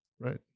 right